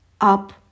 up